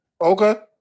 Okay